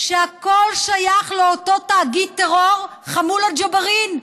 שהכול שייך לאותו תאגיד טרור, חמולת ג'בארין,